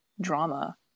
drama